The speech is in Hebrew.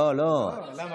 לא, לא.